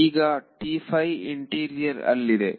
ಈಗ ಇಂಟೀರಿಯರ್ ಅಲ್ಲಿದೆ